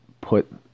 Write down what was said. put